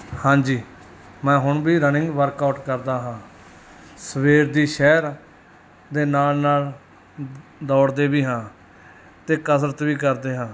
ਹਾਂਜੀ ਮੈਂ ਹੁਣ ਵੀ ਰਨਿੰਗ ਵਰਕ ਆਊਟ ਕਰਦਾ ਹਾਂ ਸਵੇਰ ਦੀ ਸੈਰ ਦੇ ਨਾਲ ਨਾਲ ਦੌੜਦੇ ਵੀ ਹਾਂ ਅਤੇ ਕਸਰਤ ਵੀ ਕਰਦੇ ਹਾਂ